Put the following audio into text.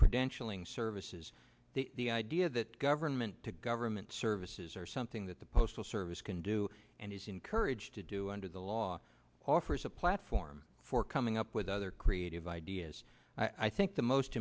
credentialing services the idea that government to government services or something that the postal service can do and is encouraged to do under the law offers a platform for coming up with other creative ideas i think the most